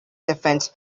defence